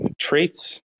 traits